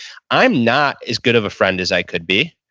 i'm not as good of a friend as i could be.